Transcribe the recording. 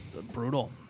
brutal